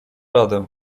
radę